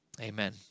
Amen